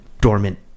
dormant